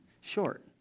Short